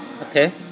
Okay